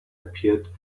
appeared